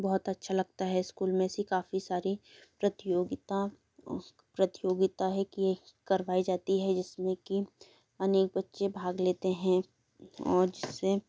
बहुत अच्छा लगता है स्कूल में ऐसी काफी सारी प्रतियोगिता प्रतियोगिता है कि करवाई जाती है जिसमें कि अनेक बच्चे भाग लेते हैं और उससे